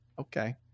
okay